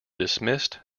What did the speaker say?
dismissed